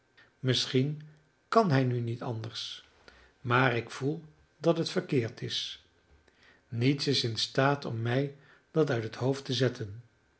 misschien kan hij nu niet anders maar ik voel dat het verkeerd is niets is in staat om mij dat uit het hoofd te zetten